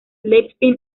leipzig